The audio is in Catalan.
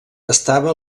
estava